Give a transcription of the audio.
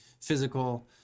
physical